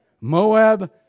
Moab